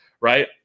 right